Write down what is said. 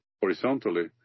horizontally